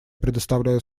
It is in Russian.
предоставляю